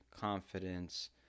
confidence